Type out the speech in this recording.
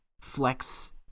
flex